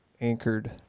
anchored